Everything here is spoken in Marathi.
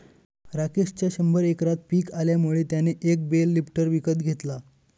राकेशच्या शंभर एकरात पिक आल्यामुळे त्याने एक बेल लिफ्टर विकत घेतला